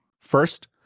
First